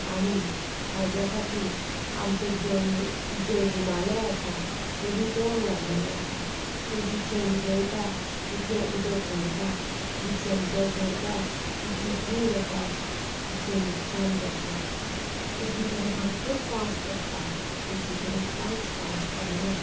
आनी हेच्या खतीर आमचो दोंगर जे हिमालयाज आसा ते वितळोंक लागलेले आसा ते जितले वितळटा तितलें उदक भरता जितलें उदक भरता तितले पूर येतात तितलें लुकसाण जाता एकेक कडेन भरपूर पावस पडटा एकेक कडेन कांयच पावस पडना